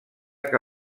que